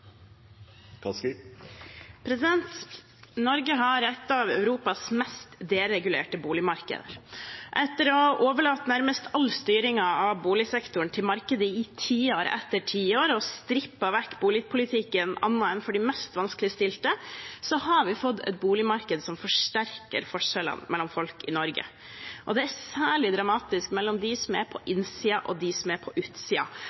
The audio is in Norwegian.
Norge har et av Europas mest deregulerte boligmarkeder. Etter å ha overlatt nærmest all styringen av boligsektoren til markedet i tiår etter tiår og strippet boligpolitikken annet enn for de mest vanskeligstilte har vi fått et boligmarked som forsterker forskjellene mellom folk i Norge. Det er særlig dramatisk mellom dem som er på innsiden, og dem som er på